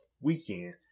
weekend